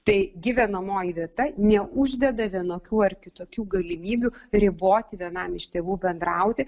tai gyvenamoji vieta neuždeda vienokių ar kitokių galimybių riboti vienam iš tėvų bendrauti